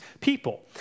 people